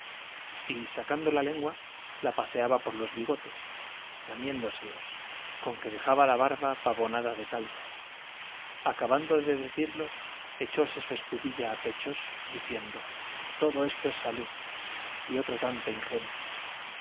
y sacando la lengua la paseaba por los bigotes lamiéndoselos con que dejaba la barba pavonada de caldo acabando de decirlo echóse su escudilla a pechos diciendo todo esto es salud y otro tanto ingenio